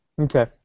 Okay